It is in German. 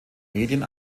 medien